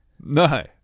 No